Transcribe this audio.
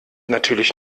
natürlich